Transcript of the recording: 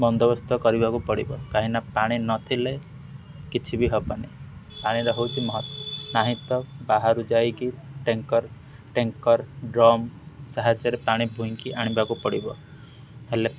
ବନ୍ଦୋବସ୍ତ କରିବାକୁ ପଡ଼ିବ କାହିଁକିନା ପାଣି ନଥିଲେ କିଛି ବି ହବନି ପାଣିର ହେଉଛି ମହତ୍ତ୍ଵ ନାହିଁ ତ ବାହାରୁ ଯାଇକି ଟ୍ୟାଙ୍କର ଟ୍ୟାଙ୍କର ଡ୍ରମ୍ ସାହାଯ୍ୟରେ ପାଣି ବୋହିକି ଆଣିବାକୁ ପଡ଼ିବ ହେଲେ